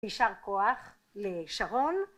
נשאר כוח לשרון.